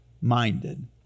minded